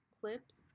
clips